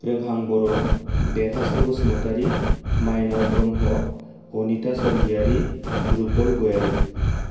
रोंहां बर' देरहासार बसुमतारि माइनाव ब्रह्म अनिथा स'रगियारि रुफल गयारि